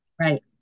Right